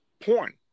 porn